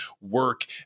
work